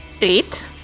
Eight